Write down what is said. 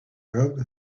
arab